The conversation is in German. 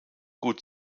gut